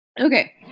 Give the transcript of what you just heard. Okay